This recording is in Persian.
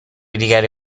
دیگری